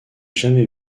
jamais